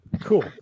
Cool